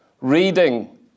reading